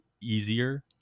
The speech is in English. easier